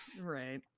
right